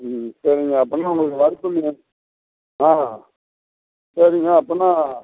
ம் சரிங்க அப்புடின்னா உங்களுக்கு வறுக்கிற மீன் ஆ சரிங்க அப்புடின்னா